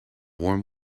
warm